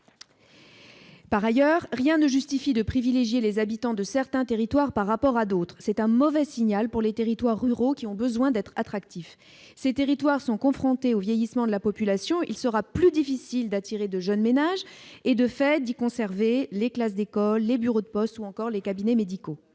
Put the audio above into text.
Par ailleurs, rien ne justifie de privilégier les habitants de certains territoires par rapport à d'autres. C'est un mauvais signal pour les territoires ruraux, qui ont besoin d'être attractifs. Outre qu'ils sont confrontés au vieillissement de la population, il leur sera plus difficile d'attirer de jeunes ménages et, de fait, de conserver les classes d'écoles, les bureaux de poste ou encore les cabinets médicaux.